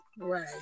Right